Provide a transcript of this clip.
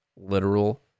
literal